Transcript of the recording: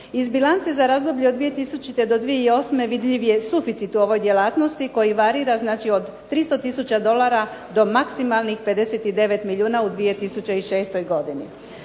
Iz bilance za razdoblje od 2000. do 2008. vidljiv je suficit u ovoj djelatnosti koji varira znači od 300 tisuća dolara do maksimalnih 59 milijuna u 2006. godini.